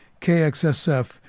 KXSF